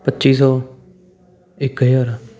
ਪੱਚੀ ਸੌ ਇੱਕ ਹਜ਼ਾਰ